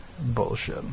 bullshit